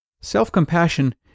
Self-compassion